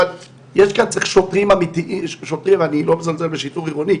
ואני לא מזלזל בשיטור עירוני,